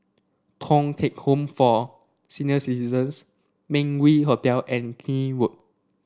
Thong Teck Home for Senior Citizens Meng Yew Hotel and Keene Road